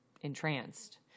entranced